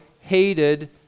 hated